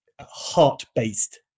heart-based